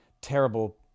terrible